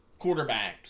quarterbacks